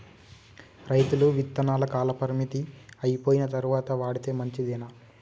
రైతులు విత్తనాల కాలపరిమితి అయిపోయిన తరువాత వాడితే మంచిదేనా?